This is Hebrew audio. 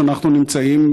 שבו אנחנו נמצאים,